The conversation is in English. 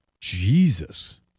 Jesus